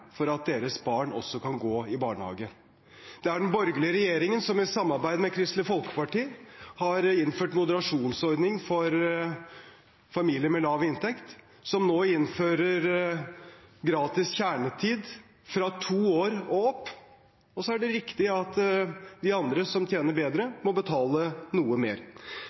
for at også deres barn kan gå i barnehage. Det er den borgerlige regjeringen som i samarbeid med Kristelig Folkeparti har innført moderasjonsordning for familier med lav inntekt, og som nå innfører gratis kjernetid for barn fra to år og oppover. Så er det riktig at de som tjener bedre, må betale noe mer.